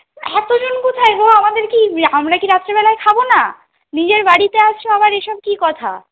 এতো জন কোথায় গো আমাদের আমরা কি রাত্রে বেলা খাবো না নিজের বাড়িতে আসছ আবার এসব কি কথা